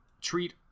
treat